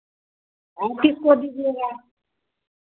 आप किसको दीजिएगा